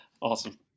Awesome